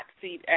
seat